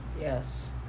Yes